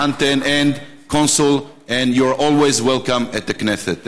האן טן וקונסול, and you're always welcome at the Knesset.